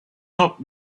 not